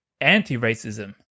anti-racism